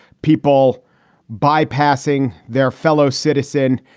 people bypassing their fellow citizen,